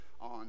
on